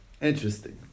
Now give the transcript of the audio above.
interesting